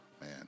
man